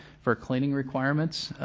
for cleaning requirements.